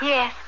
Yes